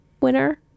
winner